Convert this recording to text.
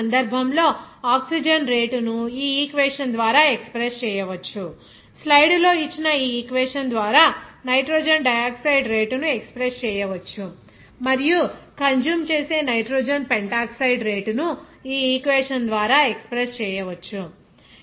ఇక్కడ ఈ సందర్భంలో ఆక్సిజన్ రేటును ఈ ఈక్వేషన్ ద్వారా ఎక్స్ప్రెస్ చేయవచ్చు స్లైడ్లో ఇచ్చిన ఈ ఈక్వేషన్ ద్వారా నైట్రోజన్ డయాక్సైడ్ రేటు ను ఎక్స్ప్రెస్ చేయవచ్చు మరియు కన్స్యూమ్ చేసే నైట్రోజన్ పెంటాక్సైడ్ రేటును ఈ ఈక్వేషన్ ద్వారా ఎక్స్ప్రెస్ చేయవచ్చు